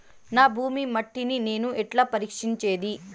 నా భూమి మట్టిని నేను ఎట్లా పరీక్షించేది?